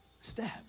step